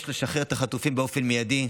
יש לשחרר את החטופים באופן מיידי,